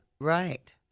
Right